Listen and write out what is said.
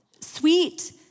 Sweet